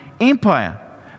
Empire